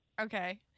okay